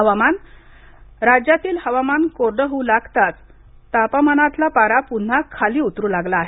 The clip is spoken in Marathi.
हवामान राज्यातील हवामान कोरडं होऊ लागताच तापमापकातला पारा पुन्हा खाली उतरू लागला आहे